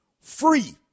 free